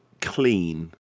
clean